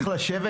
מה זה משנה?